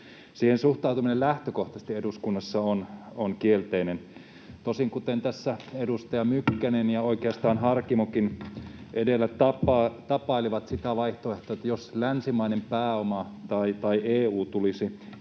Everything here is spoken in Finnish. Siihen suhtautuminen eduskunnassa on lähtökohtaisesti kielteinen. Tosin — kuten tässä edustaja Mykkänen ja oikeastaan Harkimokin edellä sitä vaihtoehtoa tapailivat — jos länsimainen pääoma tai EU tulisivat